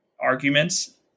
arguments